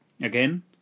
Again